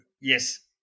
Yes